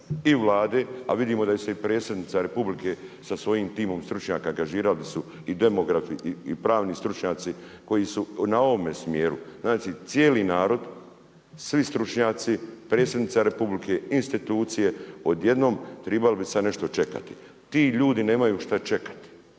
i Vlade, a vidimo da se i predsjednika Republike, sa svojim timom stručnjaka, angažirani su i demografi i pravni stručnjaci koji su na ovome smjeru, cijeli narod, svi stručnjaci, predsjednica Republike, institucije, odjednom trebalo bi se nešto čekati. Ti ljudi nemaju što čekati.